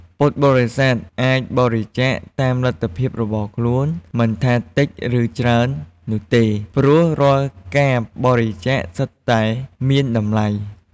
ពុទ្ធបរិស័ទអាចបរិច្ចាគតាមលទ្ធភាពរបស់ខ្លួន មិនថាតិចឬច្រើននោះទេ ព្រោះរាល់ការបរិច្ចាគសុទ្ធតែមានតម្លៃ។